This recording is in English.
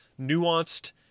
nuanced